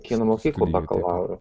kino mokyklų bakalaurų